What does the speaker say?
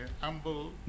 humble